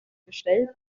gestell